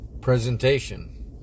Presentation